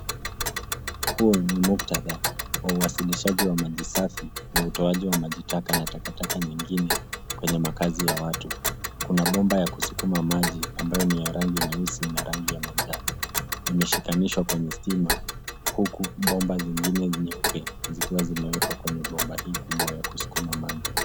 Huu ni muktadha wa uwasilishaji wa maji safi na utoaji wa maji taka na takataka nyingine kwenye makazi ya watu. Kuna bomba ya kusukuma maji, ambayo ni ya rangi nyeusi na rangi ya manjano imeshikanishwa kwenye stima, huku bomba zingine nyeupe zikiwa zimewekwa kwenye bomba hii kubwa ya kusukuma maji.